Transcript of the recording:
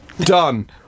Done